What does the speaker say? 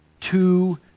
Two